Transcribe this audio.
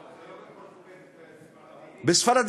זה לא בפורטוגזית, זה בספרדית.